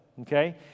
okay